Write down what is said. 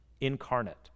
incarnate